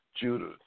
Judah